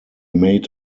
made